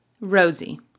Rosie